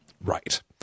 Right